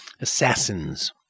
assassins